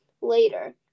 Later